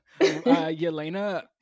Yelena